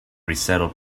resettled